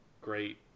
great